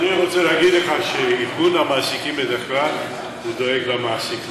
אני רוצה להגיד לך שארגון המעסיקים בדרך כלל דואג למעסיק,